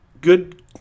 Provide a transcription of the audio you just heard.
Good